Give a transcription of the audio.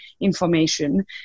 information